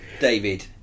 david